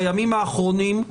בימים האחרונים,